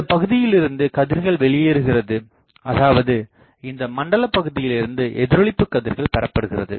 இந்த பகுதியிலிருந்து கதிர்கள் வெளியேறுகிறது அதாவது இந்த மண்டல பகுதியிலிருந்து எதிரொளிப்பு கதிர்கள் பெறப்படுகிறது